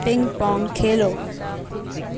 پنگ pong کھیلو